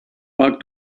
back